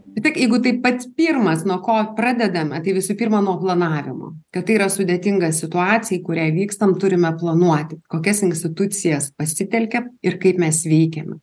vis tiek jeigu tai pats pirmas nuo ko pradedama tai visų pirma nuo planavimo kad tai yra sudėtinga situacija į kurią vykstant turime planuoti kokias institucijas pasitelkiam ir kaip mes veikiame